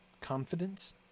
confidence